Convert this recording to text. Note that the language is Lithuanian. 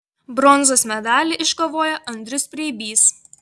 bronzos medalį iškovojo andrius preibys